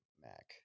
Mac